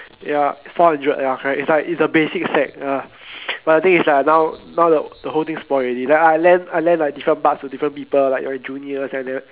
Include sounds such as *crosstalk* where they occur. ya it's four hundred ya correct it's like its the basic set ya *noise* but the thing is like now like the whole thing spoil already then I lend I lend like different parts to different people like my juniors and then